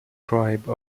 tribe